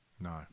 No